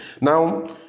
Now